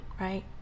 right